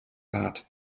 bart